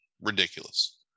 ridiculous